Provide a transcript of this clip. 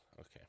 Okay